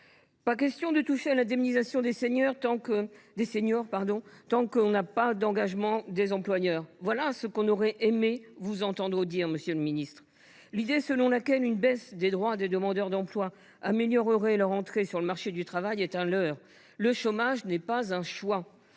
pas question de toucher à l’indemnisation des seniors tant que l’on n’a pas d’engagement de la part des employeurs : voilà ce que l’on aurait aimé vous entendre dire ! L’idée selon laquelle une baisse des droits des demandeurs d’emploi améliorerait leur entrée sur le marché du travail est un leurre. Le chômage n’est pas un choix